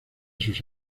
sus